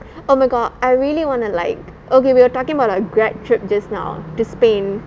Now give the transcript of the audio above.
oh my god I really wanna like okay we were talking about our graduation trip just now to spain